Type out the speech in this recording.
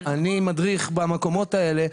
אני מדריך במקומות האלה.